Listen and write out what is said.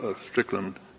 Strickland